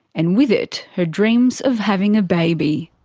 and with it her dreams of having a baby.